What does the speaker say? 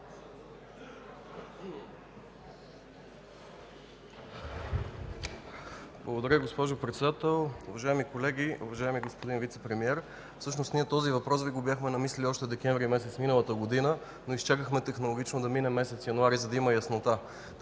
Благодаря, госпожо Председател. Уважаеми колеги, уважаеми господин Вицепремиер, всъщност този въпрос ние го бяхме намислили още през месец декември миналата година, но изчакахме технологично да мине месец януари, за да има яснота.